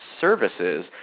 services